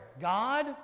God